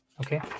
okay